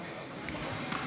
בבקשה.